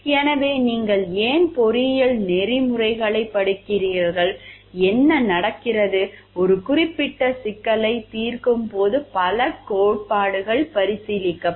எனவே நீங்கள் ஏன் பொறியியல் நெறிமுறைகளைப் படிக்கிறீர்கள் என்ன நடக்கிறது ஒரு குறிப்பிட்ட சிக்கலைத் தீர்க்கும் போது பல கோட்பாடுகள் பரிசீலிக்கப்படும்